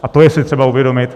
A to je si třeba uvědomit.